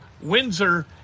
Windsor